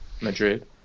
Madrid